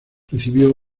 recibió